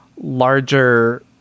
larger